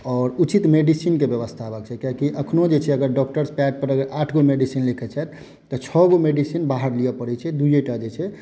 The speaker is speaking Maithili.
आओर उचित मेडिसीन केँ व्यवस्था होयबाक चाही कियाकि अखनो जे छै अगर डॉक्टर्स पैड पर अगर आठ गो मेडिसीन लिखै छथि तऽ छओ गो मेडिसीन बाहर लियऽ पड़ै छै दूये टा जे छै